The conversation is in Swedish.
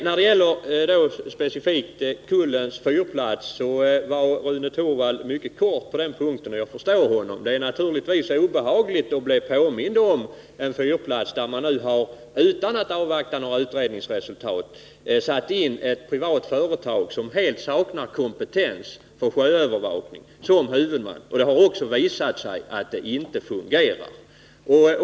När det gäller specifikt Kullens fyrplats var Rune Torwald mycket kortfattad, och jag förstår honom. Det är naturligtvis obehagligt att bli påmind om en fyrplats där man, utan att avvakta några utredningsresultat, satt in ett privat företag som helt saknar kompetens som huvudman för sjöövervakning. Det har också visat sig att det inte fungerar.